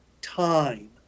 time